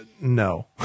No